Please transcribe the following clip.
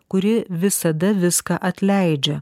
kuri visada viską atleidžia